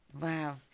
wow